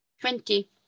Twenty